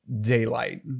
daylight